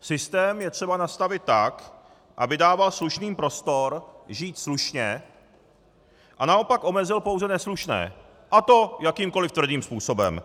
Systém je třeba nastavit tak, aby dával slušným prostor žít slušně a naopak omezil pouze neslušné, a to jakýmkoliv tvrdým způsobem.